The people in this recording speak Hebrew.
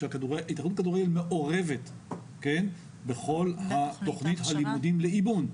וההתאחדות לכדורגל מעורבת בכל תוכנית הלימודים לאימון,